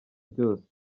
byose